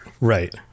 Right